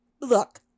Look